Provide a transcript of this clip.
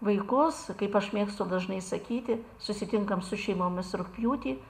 vaikus kaip aš mėgstu dažnai sakyti susitinkam su šeimomis rugpjūtį